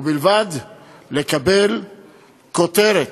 ובלבד לקבל כותרת,